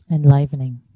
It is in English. Enlivening